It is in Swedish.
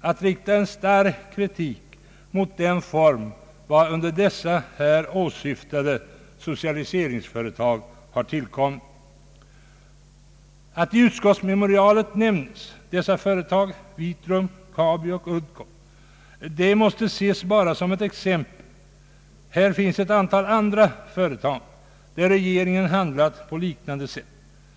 att rikta en stark kritik mot den form varunder de här åsyftade socialiseringsföretagen har tillkommit. Att i utskottsmemorialet nämnes företagen Vitrum, Kabi och Uddcomb, måste ses som bara exempel. Det finns ett antal andra fall där regeringen handlat på liknande sätt.